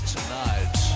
Tonight